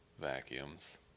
Vacuums